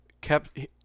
kept